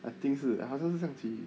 I think 是好像是象棋